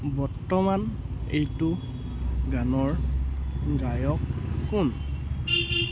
বৰ্তমান এইটো গানৰ গায়ক কোন